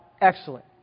Excellent